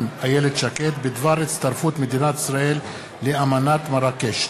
איילת שקד בדבר הצטרפות מדינת ישראל לאמנת מרקש.